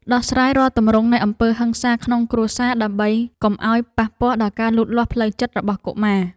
ដោះស្រាយរាល់ទម្រង់នៃអំពើហិង្សាក្នុងគ្រួសារដើម្បីកុំឱ្យប៉ះពាល់ដល់ការលូតលាស់ផ្លូវចិត្តរបស់កុមារ។